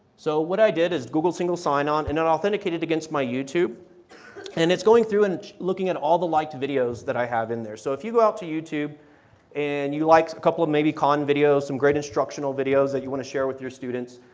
so what i did is google single sign on and authenticate it against my youtube and it's going through and looking at all the liked videos that i have in there. so if you go out to youtube and you liked a couple of maybe con videos, some great instructional videos that you want to share with your students,